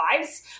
lives